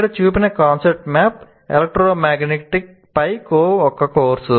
ఇక్కడ చూపిన concept map electromagnetics పై ఒక కోర్సు